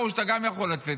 הוא רוצה לשמוע אותי,